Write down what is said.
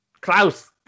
Klaus